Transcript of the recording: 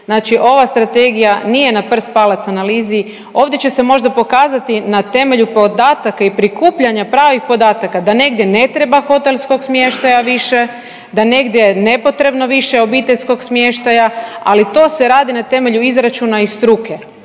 znači ova strategija nije na prst palac analizi, ovdje će se možda pokazati na temelju podataka i prikupljanja pravih podataka da negdje ne treba hotelskog smještaja više, da je negdje nepotrebno više obiteljskog smještaja, ali to se radi na temelju izračuna i struke